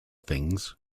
things